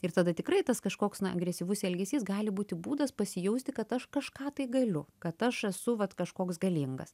ir tada tikrai tas kažkoks na agresyvus elgesys gali būti būdas pasijausti kad aš kažką tai galiu kad aš esu vat kažkoks galingas